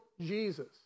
Jesus